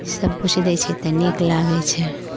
सभकिछु दैत छै तऽ नीक लागैत छै